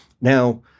Now